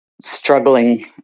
struggling